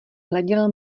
hleděl